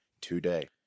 today